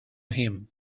him